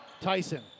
Tyson